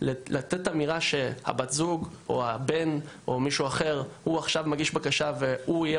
לתת אמירה שבת הזוג או הבן או מישהו אחר הוא עכשיו מגיש בקשה והוא יהיה